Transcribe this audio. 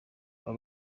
aba